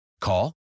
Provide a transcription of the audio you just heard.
Call